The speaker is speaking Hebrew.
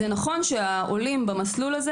נכון שהעולים במסלול הזה